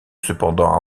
cependant